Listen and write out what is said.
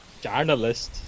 Journalist